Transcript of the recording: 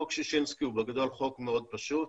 חוק ששינסקי הוא בגדול חוק מאוד פשוט.